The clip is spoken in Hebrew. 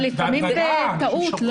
אבל לפעמים זה טעות.